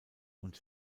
und